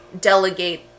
delegate